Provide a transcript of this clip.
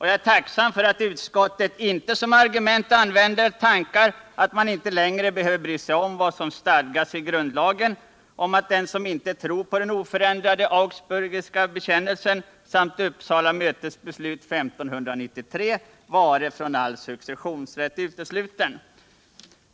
Jag är tacksam för att utskottet inte som argument använder tankar om att man inte längre behöver bry sig om vad som skall stadgas i grundlagen om att den som icke tror på den oförändrade Augsburgska bekännelsen samt Uppsala mötes beslut 1593 vare från all successionsrätt utesluten.